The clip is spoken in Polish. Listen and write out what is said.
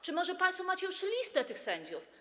Czy może państwo macie już listę tych sędziów?